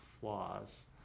flaws